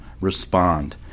respond